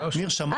ניר, שמעת?